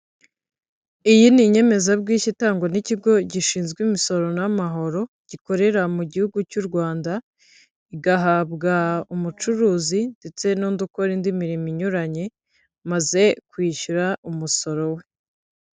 Iyi ni inyemezabwishyu itangwa n'ikigo gishinzwe imisoro n'amahoro gikorera mu gihugu cy'u Rwanda, igahabwa umucuruzi ndetse n'undi gukora indi mirimo inyuranye, maze kwishyura umusoro we.